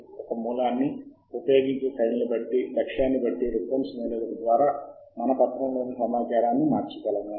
మీరు గమనికలను జోడించగలగాలి వేర్వేరు ఫైళ్ళను విభజించి విలీనం చేయగలగాలి విభిన్నంగా గల ఆకృతులను ఎగుమతి చేయగలగాలి